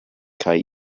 kaj